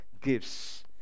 gifts